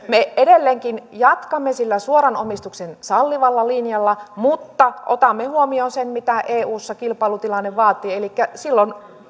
me edelleenkin jatkamme sillä suoran omistuksen sallivalla linjalla mutta otamme huomioon sen mitä eussa kilpailutilanne vaatii elikkä silloin